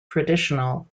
traditional